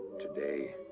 today.